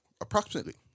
approximately